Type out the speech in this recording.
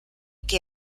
que